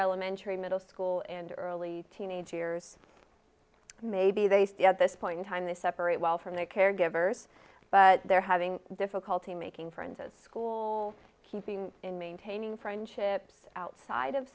elementary middle school and early teenage years maybe they feel at this point in time they separate well from their caregivers but they're having difficulty making friends as school keeping in maintaining friendships outside of